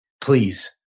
Please